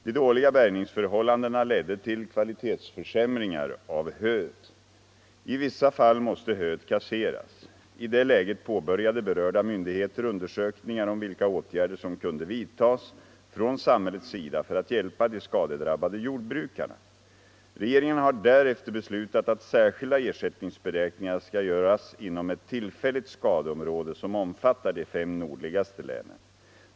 De dåliga bärgningsförhållandena ledde till kvalitetsförsämringar av höet. I vissa fall måste höet kasseras. I det läget påbörjade berörda myndigheter undersökningar om vilka åtgärder som kunde vidtas från samhällets sida för att hjälpa de skadedrabbade jordbrukarna. Regeringen har därefter beslutat att särskilda ersättningsberäkningar skall göras inom ett tillfälligt skadeområde som omfattar de fem nordligaste länen.